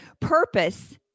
Purpose